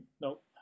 nope